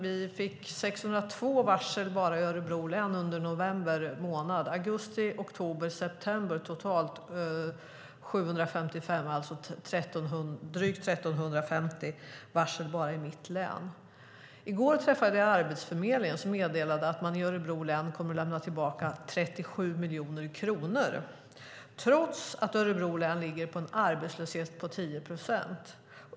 Vi fick 602 varsel bara i Örebro län under november månad. Under augusti, september och oktober var det 755. Det blir alltså totalt drygt 1 350 varsel bara i mitt län. I går träffade jag Arbetsförmedlingen, som meddelade att man i Örebro län kommer att lämna tillbaka 37 miljoner kronor trots att Örebro län ligger på en arbetslöshet på 10 procent.